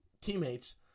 teammates